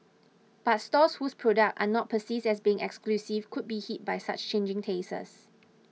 but stores whose products are not perceived as being exclusive could be hit by such changing tastes